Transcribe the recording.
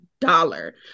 dollar